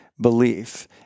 belief